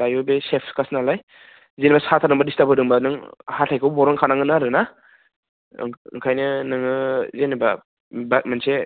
दायो बे सेफखासो नालाय जेनेबा साखादोंब्ला डिस्टार्ब होदोंब्ला नों हाथाइखो बर'नखानांगोन आरो ना ओंखायनो नोङो जेनेबा मोनसे